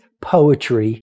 poetry